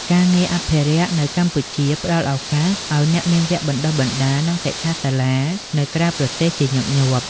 ការងារអភិរក្សនៅកម្ពុជាផ្តល់ឱកាសឱ្យអ្នកមានវគ្គបណ្តុះបណ្តាល និងសិក្ខាសាលានៅក្រៅប្រទេសជាញឹកញាប់។